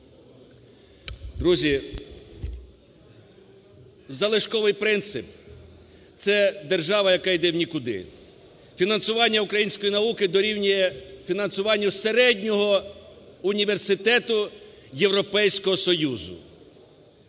Друзі, залишковий принцип – це держава, яка йде в нікуди. Фінансування української науки дорівнює фінансуванню середнього університету Європейського Союзу.